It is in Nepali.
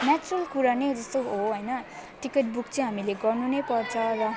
नेचरल कुरा नै जस्तो हो हैन टिकट बुक चाहिँ हामीले गर्नु नै पर्छ र